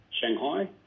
Shanghai